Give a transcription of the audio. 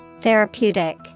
Therapeutic